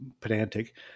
pedantic